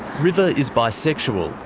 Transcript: river is bisexual,